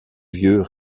vieux